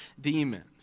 demons